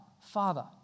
father